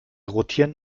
rotieren